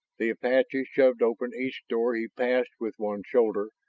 the apache shoved open each door he passed with one shoulder,